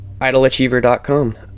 IdleAchiever.com